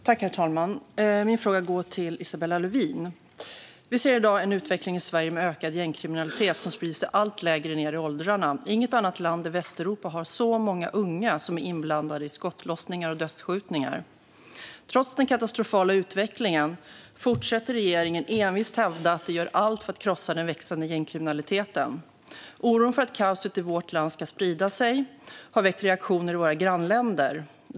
Herr talman! Min fråga går till Isabella Lövin. Vi ser i dag en utveckling i Sverige med ökad gängkriminalitet som sprider sig allt lägre ned i åldrarna. Inget annat land i Västeuropa har så många unga som är inblandade i skottlossningar och dödskjutningar. Trots den katastrofala utvecklingen fortsätter regeringen envist att hävda att man gör allt för att krossa den växande gängkriminaliteten. Reaktioner har väckts i våra grannländer, och det finns en oro för att kaoset i vårt land ska sprida sig.